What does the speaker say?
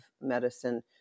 Medicine